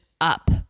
up